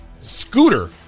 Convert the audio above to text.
scooter